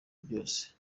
benshi